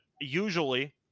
usually